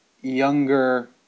younger